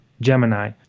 Gemini